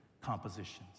compositions